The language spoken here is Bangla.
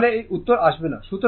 সুতরাং ফ্রিকোয়েন্সি f 60 হার্টজ